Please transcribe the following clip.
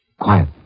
Quiet